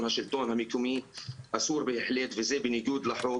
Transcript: השלטון המקומי אסור בהחלט וזה בניגוד לחוק.